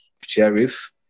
Sheriff